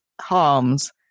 harms